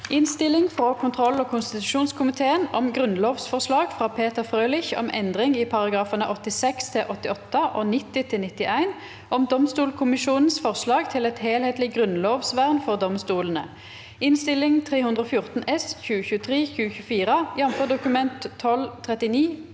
Innstilling fra kontroll- og konstitusjonskomiteen om Grunnlovsforslag fra Peter Frølich om endring i §§ 86 til 88 og 90 til 91 (om domstolkommisjonens forslag til et helhetlig grunnlovsvern for domstolene) (Innst. 314 S (2023–2024), jf. Dokument 12:39